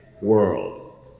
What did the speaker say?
world